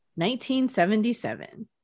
1977